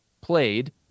played